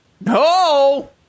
No